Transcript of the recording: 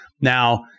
now